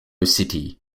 city